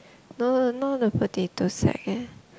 no no no the potato sack eh